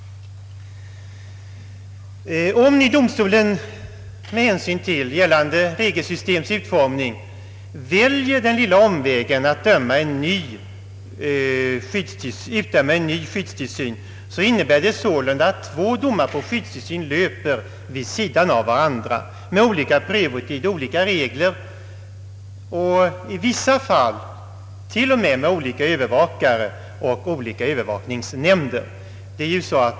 Om nu domstolen med hänsyn till gällande regelsystems utformning väljer den lilla omvägen att utdöma en ny skyddstillsyn, innebär det sålunda att två domar på skyddstillsyn löper vid sidan av varandra med olika prövotider, olika regler och i vissa fall till och med med olika övervakare och olika övervakningsnämnder.